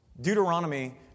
Deuteronomy